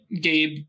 Gabe